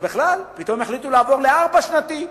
פתאום החליטו לעבור לארבע-שנתי.